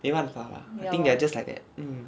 没办法 lah I think they're just like that